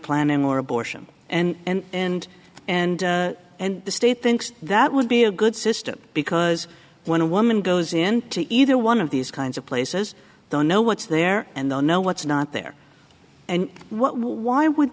planning or abortion and and and and the state thinks that would be a good system because when a woman goes into either one of these kinds of places don't know what's there and the know what's not there and why would